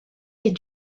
des